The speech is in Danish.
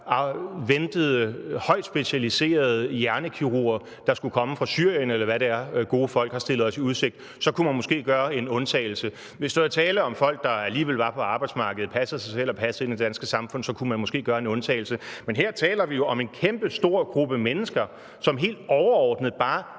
tror jeg, højt specialiserede hjernekirurg, der skulle komme fra Syrien, eller hvad det er, gode folk har stillet os i udsigt, så kunne man måske gøre en undtagelse. Hvis der var tale om folk, der alligevel var på arbejdsmarkedet, passede sig selv og passede ind i det danske samfund, så kunne man måske gøre en undtagelse. Men her taler vi jo om en kæmpestor gruppe mennesker, som helt overordnet bare